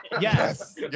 Yes